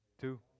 Two